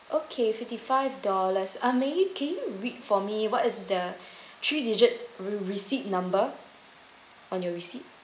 okay fifty-five dollars uh may I can you read for me what is the three digit receipt number on your receipt